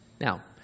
Now